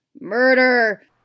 Murder